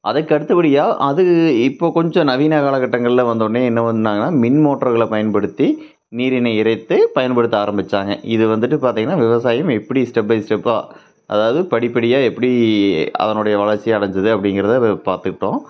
அதுக்கு அடுத்தபடியாக அது இப்போ கொஞ்சம் நவீன காலகட்டங்களில் வந்தோடனே என்ன பண்ணாங்கன்னா மின் மோட்ருகளை பயன்படுத்தி நீரினை இறைத்து பயன்படுத்த ஆரம்பித்தாங்க இது வந்துவிட்டு பார்த்திங்கன்னா விவசாயம் எப்படி ஸ்டெப் பை ஸ்டெப்பாக அதாவது படிப்படியாக எப்படி அதனுடைய வளர்ச்சி அடைஞ்சுது அப்டிங்கிறத பார்த்துட்டோம்